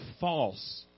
false